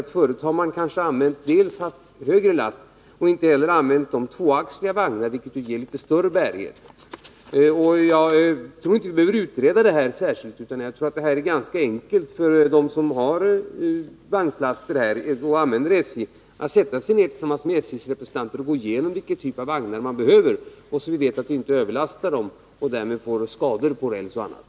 Men förut har man kanske dels haft högre last, dels inte använt tvåaxliga vagnar, som ger litet större bärighet. Jag tror inte att vi behöver utreda detta. Det är ganska enkelt för dem som har vagnslaster och använder SJ att sätta sig ned tillsammans med SJ:s representanter och gå igenom vilken typ av vagnar de behöver och sedan se till att man inte överlastar dem, så att vi får skador på räls och annat.